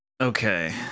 Okay